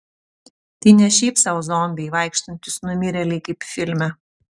tai ne šiaip sau zombiai vaikštantys numirėliai kaip filme